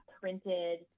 printed